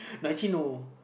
but actually no